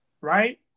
right